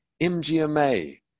MGMA